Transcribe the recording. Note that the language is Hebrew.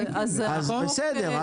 אז בסדר,